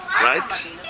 Right